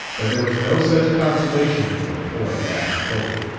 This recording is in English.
but there was no such consolation for poor abashed cope.